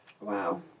Wow